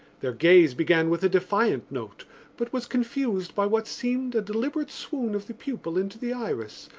their gaze began with a defiant note but was confused by what seemed a deliberate swoon of the pupil into the iris,